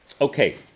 Okay